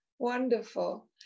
Wonderful